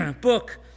book